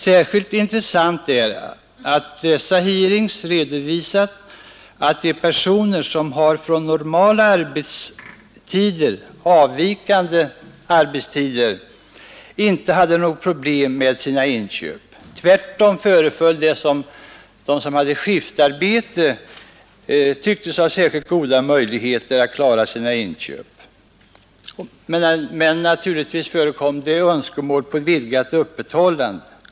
Särskilt intressant är att dessa hearings redovisar att de personer som har från normala arbetstider avvikande arbetstider inte har några problem med sina inköp. Tvärtom förefaller det som om de som har skiftarbete tycktes ha särskilt goda möjligheter att klara sina inköp. Naturligtvis förekom det önskemål om vidgat öppethållande.